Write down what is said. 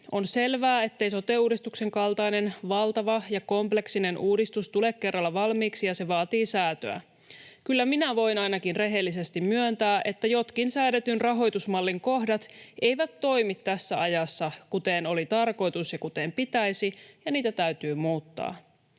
On selvää, ettei sote-uudistuksen kaltainen valtava ja kompleksinen uudistus tule kerralla valmiiksi ja se vaatii säätöä. Kyllä ainakin minä voin rehellisesti myöntää, että jotkin säädetyn rahoitusmallin kohdat eivät toimi tässä ajassa kuten oli tarkoitus ja kuten pitäisi ja niitä täytyy muuttaa.